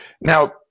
Now